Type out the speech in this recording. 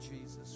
Jesus